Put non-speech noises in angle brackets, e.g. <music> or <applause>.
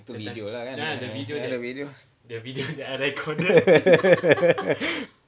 the video lah kan the video <laughs>